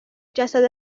جسد